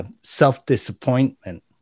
self-disappointment